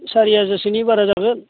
सारि हाजारसोनि बारा जागोन